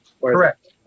Correct